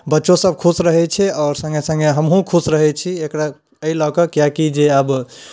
बच्चो सभ खुश रहैत छै आओर सङ्गे सङ्गे हमहुँ खुश रहैत छी एकरा एहि लऽ कऽ किएकि जे आब